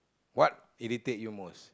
what irritate you most